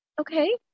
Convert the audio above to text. Okay